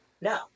No